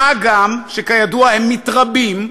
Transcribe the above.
מה גם שכידוע, הם מתרבים,